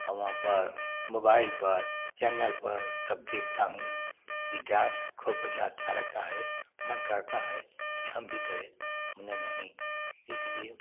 और वहाँ पर मोबाईल पर चैनल पर सब देखता हूँ कि डांस खूब बढ़िया अच्छा लगता है मन करता है की हम भी करे मने नहीं इसलिए